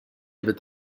wird